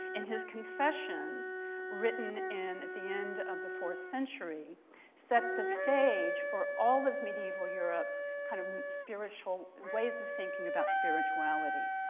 and his confessions written and at the end of the fourth century set the stage for all of medieval europe's kind of spiritual ways of thinking about spirituality.